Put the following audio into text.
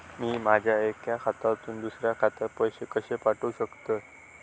मी माझ्या एक्या खात्यासून दुसऱ्या खात्यात पैसे कशे पाठउक शकतय?